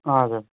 हजुर